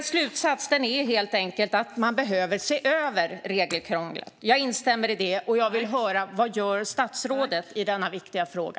Slutsatsen är helt enkelt att man behöver se över regelkrånglet. Jag instämmer i det. Vad gör statsrådet i denna viktiga fråga?